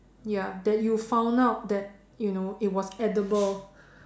ya that you found out that you know it was edible